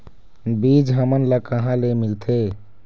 बीज हमन ला कहां ले मिलथे?